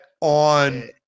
on